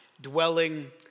dwelling